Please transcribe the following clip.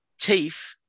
teeth